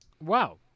Wow